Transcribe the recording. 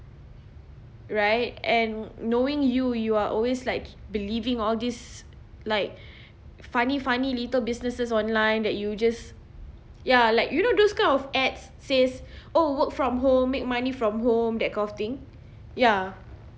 right and knowing you you are always like believing all these like funny funny little businesses online that you just ya like you know those kind of ads says oh work from home make money from home that kind of thing ya